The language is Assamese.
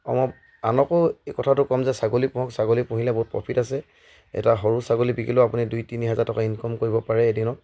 আনকো এই কথাটো ক'ম যে ছাগলী পোহক ছাগলী পুহিলে বহুত প্ৰফিট আছে এটা সৰু ছাগলী বিকিলেও আপুনি দুই তিনি হাজাৰ টকা ইনকাম কৰিব পাৰে এদিনত